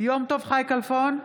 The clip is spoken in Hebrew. יום טוב חי כלפון,